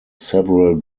several